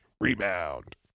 rebound